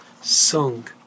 sung